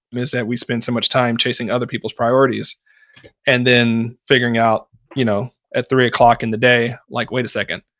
is that we spend so much time chasing other people's priorities and then figuring out you know at three o'clock in the day like, wait a second.